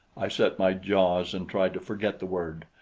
i set my jaws and tried to forget the word,